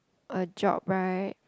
a job right